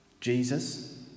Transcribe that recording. Jesus